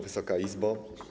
Wysoka Izbo!